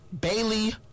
Bailey